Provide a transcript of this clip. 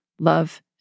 love